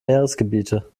meeresgebiete